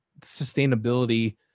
sustainability